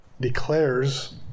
Declares